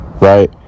right